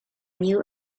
new